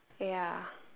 ya